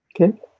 Okay